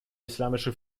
islamische